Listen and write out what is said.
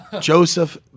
Joseph